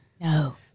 No